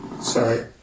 Sorry